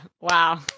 Wow